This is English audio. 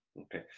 Okay